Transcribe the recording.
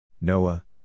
Noah